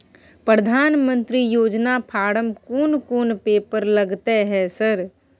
प्रधानमंत्री योजना फारम कोन कोन पेपर लगतै है सर?